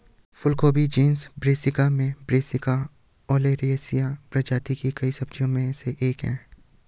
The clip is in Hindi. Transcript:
फूलगोभी जीनस ब्रैसिका में ब्रैसिका ओलेरासिया प्रजाति की कई सब्जियों में से एक है